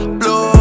blow